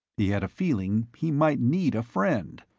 he had a feeling he might need a friend.